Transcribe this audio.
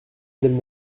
d’elle